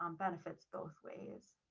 um benefits both ways.